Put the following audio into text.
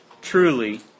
Truly